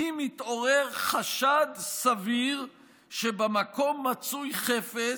"אם התעורר חשד סביר שבמקום מצוי חפץ,